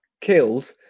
killed